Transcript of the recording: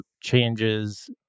changes